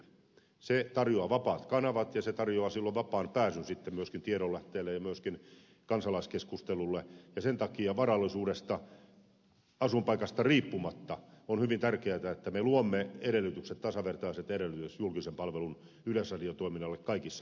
se tarjoaa vapaat kanavat ja se tarjoaa silloin vapaan pääsyn myöskin tiedonlähteille ja myöskin kansalaiskeskustelulle ja sen takia varallisuudesta asuinpaikasta riippumatta on hyvin tärkeätä että me luomme edellytykset tasavertaiset edellytykset julkisen palvelun yleisradiotoiminnalle kaikissa maissa